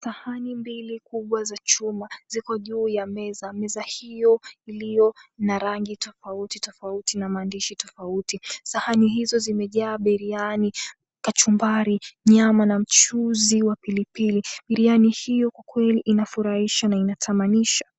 Sahani mbili kubwa za chuma ziko juu ya meza. Meza hiyo iliyo na rangi tofauti tofauti na maandishi tofauti. Sahani hizo zimejaa biriani, kachumbari, nyama na mchuzi wa pilipili. Biriani hio kwa kweli inafurahisha na inatamanisha.